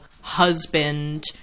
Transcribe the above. husband